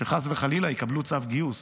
שחס וחלילה יקבלו צו גיוס,